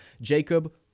Jacob